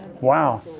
Wow